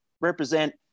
represent –